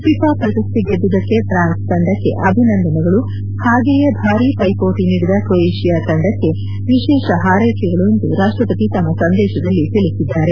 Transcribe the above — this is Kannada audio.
ಭಿಫಾ ಪ್ರಶಸ್ತಿ ಗೆದ್ದುದಕ್ಕೆ ಪ್ರಾನ್ಸ್ ತಂಡಕ್ಕೆ ಅಭಿನಂದನೆಗಳು ಹಾಗೆಯೇ ಭಾರೀ ವ್ಯೆಪೋಟಿ ನೀಡಿದ ಕ್ರೊಯೇಷ್ಯಾ ತಂಡಕ್ಕೆ ವಿಶೇಷ ಹಾರ್ಟೆಕೆಗಳು ಎಂದು ರಾಷ್ಷಪತಿ ತಮ್ನ ಸಂದೇಶದಲ್ಲಿ ತಿಳಿಸಿದ್ದಾರೆ